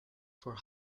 for